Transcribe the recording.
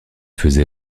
faisait